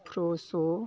फ़्रेशो